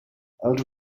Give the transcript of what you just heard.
els